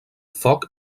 foc